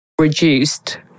Reduced